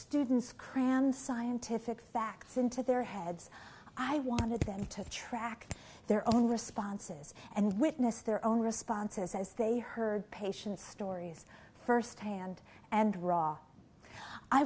students cram scientific facts into their heads i wanted them to track their own responses and witness their own responses as they heard patient stories firsthand and raw i